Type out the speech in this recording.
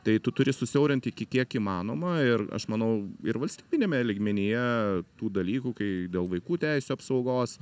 tai tu turi susiaurinti iki kiek įmanoma ir aš manau ir valstybiniame lygmenyje tų dalykų kai dėl vaikų teisių apsaugos